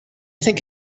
think